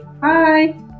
Bye